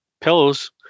pillows